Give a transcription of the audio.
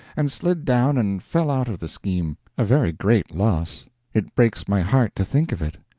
and slid down and fell out of the scheme a very great loss it breaks my heart to think of it.